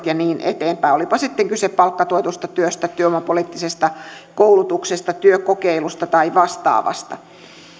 ja niin eteenpäin olipa sitten kyse palkkatuetusta työstä työvoimapoliittisesta koulutuksesta työkokeilusta tai vastaavasta